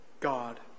God